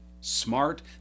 smart